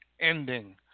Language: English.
ending